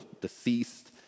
deceased